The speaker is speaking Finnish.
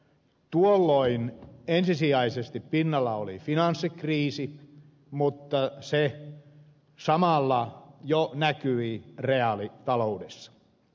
tuolloin ensisijaisesti pinnalla oli finanssikriisi mutta se samalla jo näkyi reaalitaloudessa